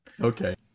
Okay